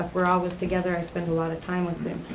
we're always together, i spend a lot of time with them.